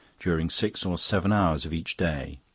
during six or seven hours of each day.